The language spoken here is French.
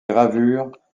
gravures